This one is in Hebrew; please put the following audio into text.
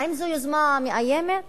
האם זו יוזמה מאיימת?